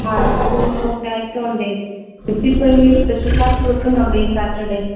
ആ അസുഖങ്ങളൊക്ക ആയിക്കോണ്ടേ മിസ് ഇപ്പം ഇനി സ്പെഷ്യൽ ക്ലാസ് വയ്ക്കുന്നുണ്ടോ ഈ സാറ്റർഡേ